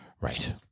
Right